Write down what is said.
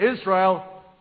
Israel